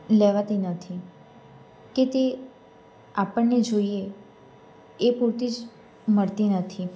લેવાતી નથી કે તે આપણને જોઈએ એ પૂરતી જ મળતી નથી